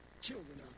children